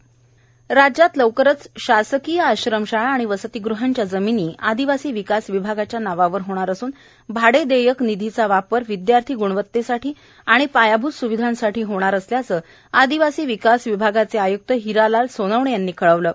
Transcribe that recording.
राज्य आदिवासी राज्यात लवकरच शासकीय आश्रम शाळा आणि वसतिग्हांच्या जमिनी आदिवासी विकास विभागाच्या नावावर होणार असून भाडे देयक निधीचा वापर विद्यार्थी ग्णवतेसाठी आणि पायाभूत स्विधांसाठी होणार असल्याचं आदिवासी विकास विभागाचे आय्क्त हिरालाल सोनवणे यांनी कळवलं आहे